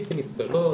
בלתי נסבלות,